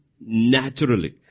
naturally